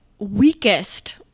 Weakest